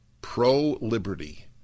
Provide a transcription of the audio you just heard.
pro-liberty